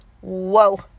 whoa